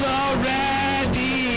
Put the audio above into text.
already